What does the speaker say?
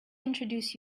introduce